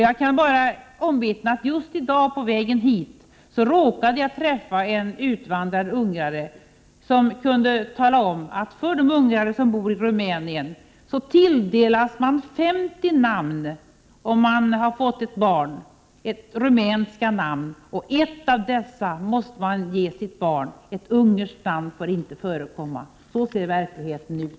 Just i dag råkade jag på vägen hit träffa en utvandrad ungrare som kunde berätta att de ungrare som bor i Rumänien när de fått ett barn tilldelas 50 rumänska namn och att de måste ge sitt barn ett av dessa namn. Ett ungerskt namn får inte förekomma. — Så ser verkligheten ut!